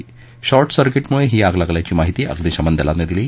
आग शॉर्ट सर्किटमुळं लागल्याची माहिती अग्निशमन दलानं दिली